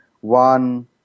One